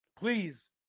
Please